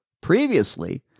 previously